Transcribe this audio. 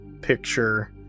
picture